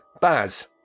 Baz